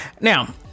now